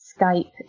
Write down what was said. Skype